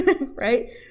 right